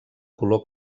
color